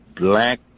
black